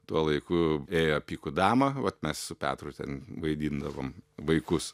tuo laiku ėjo pikų dama vat mes su petru ten vaidindavom vaikus